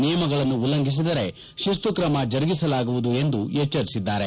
ನಿಯಮಗಳನ್ನು ಉಲ್ಲಂಘಿಸಿದರೆ ಶಿಸ್ತು ಕ್ರಮ ಜರುಗಿಸಲಾಗುವುದು ಎಂದು ಎಚ್ಚರಿಸಿದ್ದಾರೆ